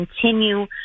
continue